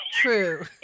True